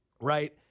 right